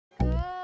Good